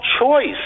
choice